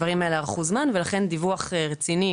הדברים האלה ארכו זמן ולכן דיווח רציני,